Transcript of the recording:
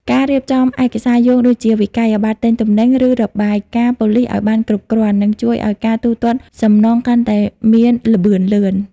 ការរៀបចំ ឯកសារយោង ដូចជាវិក្កយបត្រទិញទំនិញ ឬរបាយការណ៍ប៉ូលីសឱ្យបានគ្រប់គ្រាន់ នឹងជួយឱ្យការទូទាត់សំណងកាន់តែមានល្បឿនលឿន។